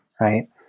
right